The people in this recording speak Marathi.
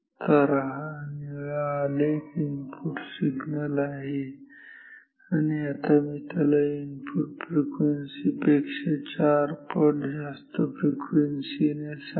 तर हा निळा आलेख इनपुट सिग्नल आहे आणि आता मी त्याला इनपुट फ्रिक्वेन्सी पेक्षा चार पट जास्त फ्रिक्वेन्सी ने सॅम्पल करतो